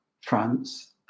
France